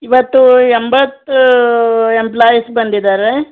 ಇವತ್ತು ಎಂಬತ್ತು ಎಂಪ್ಲಾಯಿಸ್ ಬಂದಿದ್ದಾರೆ